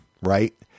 right